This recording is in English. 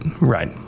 Right